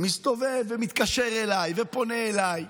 מסתובב ומתקשר אליי ופונה אליי,